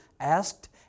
asked